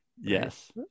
Yes